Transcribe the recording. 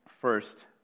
first